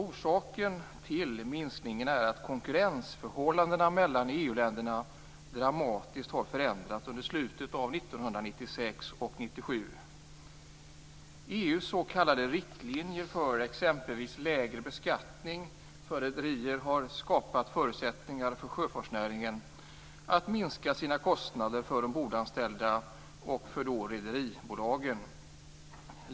Orsaken till minskningen är att konkurrensförhållandena mellan EU-länderna dramatiskt har förändrats under slutet av 1996 och under EU:s s.k. riktlinjer för exempelvis lägre beskattning av rederier har skapat förutsättningar för sjöfartsnäringen att minska sin kostnader för ombordanställda och för rederibolagen.